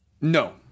No